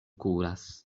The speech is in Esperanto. kuras